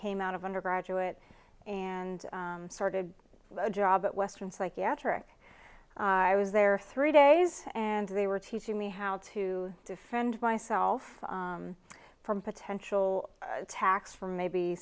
came out of undergraduate and started a job at western psychiatric i was there three days and they were teaching me how to defend myself from potential attacks from maybe